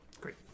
Great